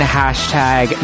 hashtag